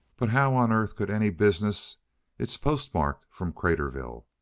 but how on earth could any business it's postmarked from craterville.